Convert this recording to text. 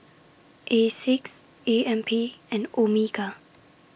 Asics A M P and Omega